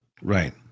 Right